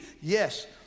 Yes